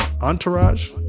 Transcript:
Entourage